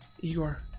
Igor